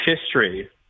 history